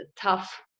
tough